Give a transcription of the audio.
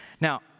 Now